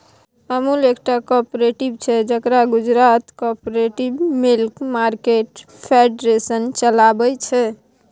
अमुल एकटा कॉपरेटिव छै जकरा Gujarat cooperative milk market federation चलबै छै